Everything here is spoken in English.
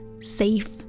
safe